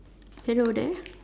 hello there